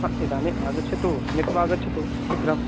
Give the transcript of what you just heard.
हा इदानीम् आगच्छतु मिलित्वा आगच्छतु शीघ्रम्